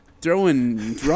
throwing